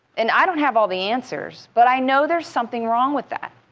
and i don't have all the answers, but i know there's something wrong with that.